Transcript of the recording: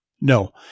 no